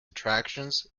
attractions